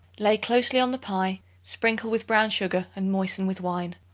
lay closely on the pie sprinkle with brown sugar and moisten with wine.